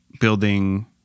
building